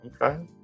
okay